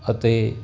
ਅਤੇ